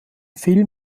film